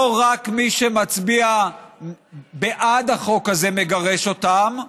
לא רק מי שמצביע בעד החוק הזה מגרש אותם,